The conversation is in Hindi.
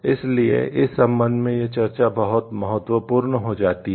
इसलिए इस संबंध में यह चर्चा बहुत महत्वपूर्ण हो जाती है